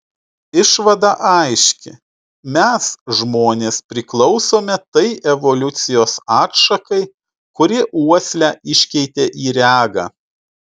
išvada aiški mes žmonės priklausome tai evoliucijos atšakai kuri uoslę iškeitė į regą